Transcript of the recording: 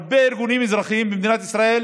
הרבה ארגונים אזרחיים במדינת ישראל